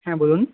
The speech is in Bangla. হ্যাঁ বলুন